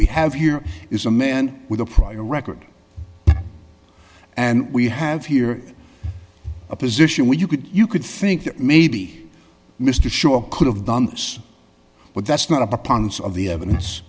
we have here is a man with a prior record and we have here a position where you could you could think that maybe mr schorr could have done this but that's not a ponce of the evidence